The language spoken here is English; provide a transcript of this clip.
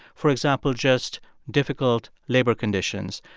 for example, just difficult labor conditions.